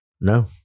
No